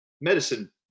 medicine